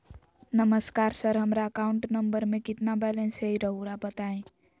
नमस्कार सर हमरा account number में कितना बैलेंस हेई राहुर बताई?